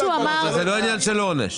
זה לא עניין של עונש.